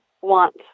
want